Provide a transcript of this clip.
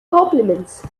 compliments